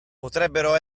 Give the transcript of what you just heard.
potrebbero